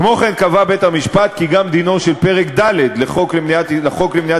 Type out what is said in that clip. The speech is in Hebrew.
כמו כן קבע בית-המשפט כי גם דינו של פרק ד' לחוק למניעת הסתננות,